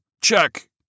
Check